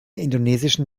indonesischen